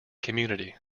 community